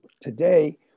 Today